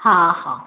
हा हा